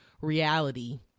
reality